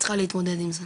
צריכה להתמודד עם זה.